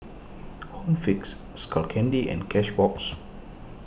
Home Fix Skull Candy and Cashbox